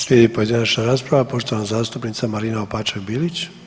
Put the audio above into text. Slijedi pojedinačna rasprava poštovana zastupnica Marina Opačak Bilić.